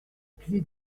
clé